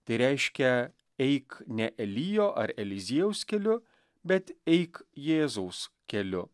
tai reiškia eik ne elijo ar eliziejaus keliu bet eik jėzaus keliu